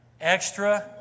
Extra